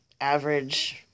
average